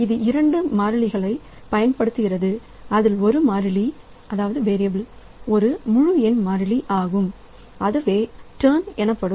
இது இரண்டு மாறிகளைப் பயன்படுத்துகிறதுஅதில் ஒரு மாறிலி ஒரு முழு எண் மாறிலி ஆகும் அதுவே டர்ன் எனப்படும்